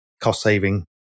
cost-saving